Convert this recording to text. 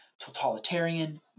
totalitarian